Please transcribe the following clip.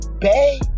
bae